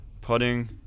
Putting